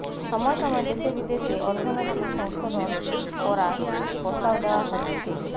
সময় সময় দেশে বিদেশে অর্থনৈতিক সংশোধন করার প্রস্তাব দেওয়া হচ্ছে